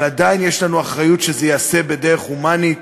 אבל עדיין יש לנו אחריות שזה ייעשה בדרך הומנית